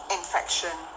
infection